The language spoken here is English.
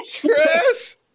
chris